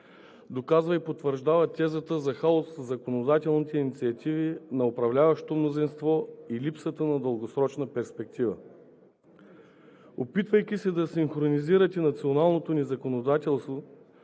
доказва и потвърждава тезата за хаос в законодателните инициативи на управляващото мнозинство и липсата на дългосрочна перспектива. Опитвайки се да синхронизирате националното ни законодателство